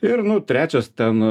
ir nu trečias ten